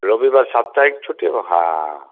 রবিবার সাপ্তাহিক ছুটি এবং হ্যাঁ